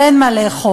אבל אין מה לאכול.